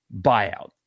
buyout